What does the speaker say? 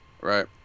Right